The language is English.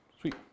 Sweet